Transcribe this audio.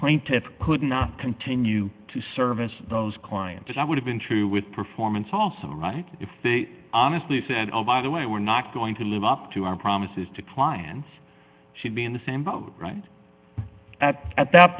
plaintiffs could not continue to service those clients and i would have been true with performance also right if they honestly said oh by the way we're not going to live up to our promises to clients she'd be in the same boat right at at that